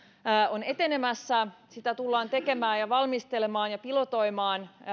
on etenemässä sitä tullaan tekemään valmistelemaan ja pilotoimaan